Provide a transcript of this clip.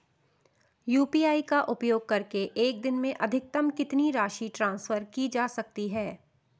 UPI का उपयोग करके एक दिन में अधिकतम कितनी राशि ट्रांसफर की जा सकती है?